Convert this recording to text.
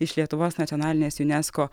iš lietuvos nacionalinės junesko